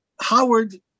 Howard